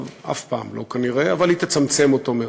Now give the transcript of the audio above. אף פעם לא, כנראה, אבל היא תצמצם אותו מאוד.